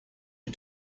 who